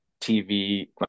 TV